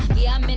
yeah,